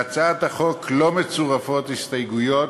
להצעת החוק לא מצורפות הסתייגויות,